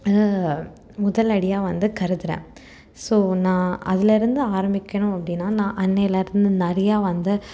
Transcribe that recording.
முதல் அடியாக வந்து கருதுகிறேன் ஸோ நான் அதிலருந்து ஆரம்பிக்கணும் அப்படினா நான் அன்னையிலருந்து நிறையா வந்து